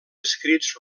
escrits